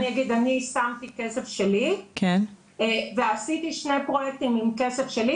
אני שמתי כסף שלי ועשיתי שני פרויקטים עם כסף שלי.